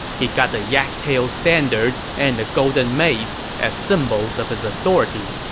he got the yak-tail standard and the golden mace as symbols of his authority.